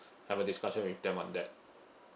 have a discussion with them on that